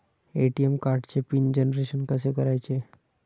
ATM कार्डचे PIN generation कसे करायचे?